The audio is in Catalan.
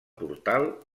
portal